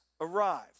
arrived